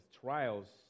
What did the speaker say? trials